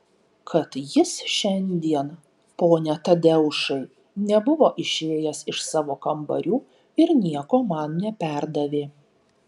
kad jis šiandien pone tadeušai nebuvo išėjęs iš savo kambarių ir nieko man neperdavė